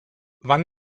wann